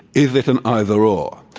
is it an either ah